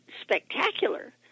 spectacular